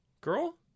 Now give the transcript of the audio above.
Girl